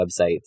websites